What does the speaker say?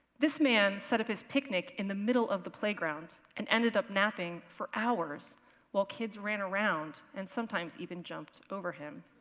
this man set up his picnic in the middle of the playground and ended up napping for hours while kids ran around and sometimes even jumped over him.